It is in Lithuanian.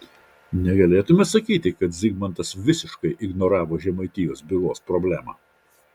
negalėtumėme sakyti kad zigmantas visiškai ignoravo žemaitijos bylos problemą